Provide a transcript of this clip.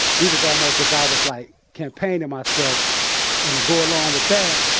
it was almost if i was like campaigning myself and, to go along with that,